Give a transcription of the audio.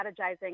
strategizing